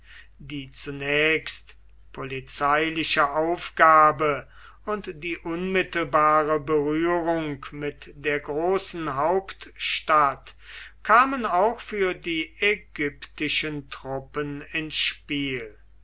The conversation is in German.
die zunächst polizeiliche aufgabe und die unmittelbare berührung mit der großen hauptstadt kamen auch für die ägyptischen truppen ins spiel